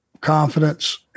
confidence